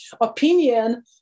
opinion